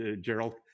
Gerald